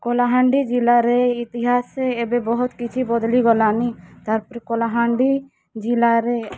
କଲାହାଣ୍ଡି ଜିଲ୍ଲାରେ ଇତିହାସେ ଏବେ ବହୁତ୍ କିଛି ବଦଲିଗଲାନି କଲାହାଣ୍ଡି ଜିଲ୍ଲାରେ